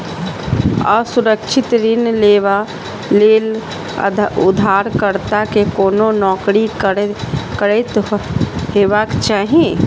असुरक्षित ऋण लेबा लेल उधारकर्ता कें कोनो नौकरी करैत हेबाक चाही